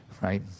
right